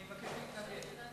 אני מבקש להתנגד.